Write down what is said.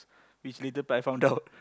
which later but I found out